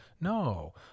No